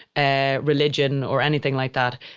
ah religion or anything like that.